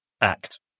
Act